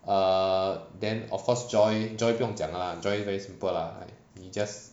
err then of course joy joy 不用讲啦 joy very simple lah 你 just